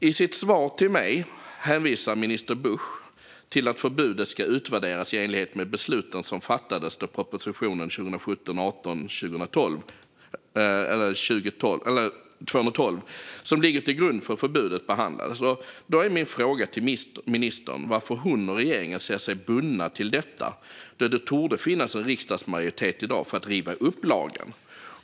I sitt svar till mig hänvisar minister Busch till att förbudet ska utvärderas i enlighet med besluten som fattades då proposition 2017/18:212, som ligger till grund för förbudet, behandlades. Då är min fråga till ministern varför hon och regeringen ser sig bundna till detta då det torde finnas en riksdagsmajoritet i dag för att riva upp lagen.